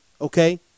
Okay